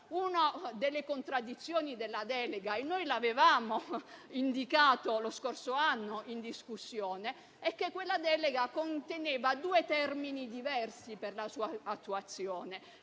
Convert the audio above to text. Una delle contraddizioni della delega - e noi l'avevamo indicato lo scorso anno in discussione - è che essa conteneva due termini diversi per la sua attuazione: